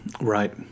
Right